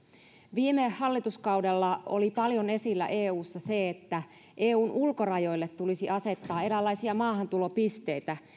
viime hallituskaudella oli eussa paljon esillä se että eun ulkorajoille tulisi asettaa eräänlaisia maahantulopisteitä